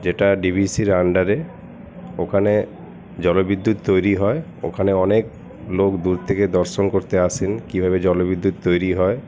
যেটা ডিভিসির আন্ডারে ওখানে জলবিদ্যুৎ তৈরি হয় ওখানে অনেক লোক দূর থেকে দর্শন করতে আসেন কীভাবে জলবিদ্যুৎ তৈরি হয়